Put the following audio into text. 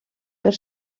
per